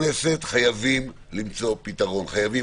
חייבים למצוא פתרון בנושא בתי הכנסת.